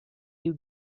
you